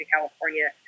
California